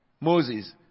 Moses